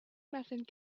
method